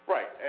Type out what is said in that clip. Right